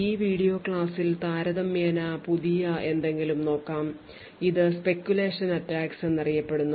ഈ വീഡിയോ ക്ലാസ്സിൽ താരതമ്യേന പുതിയ എന്തെങ്കിലും നോക്കാം ഇത് speculation attacks എന്നറിയപ്പെടുന്നു